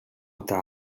одоо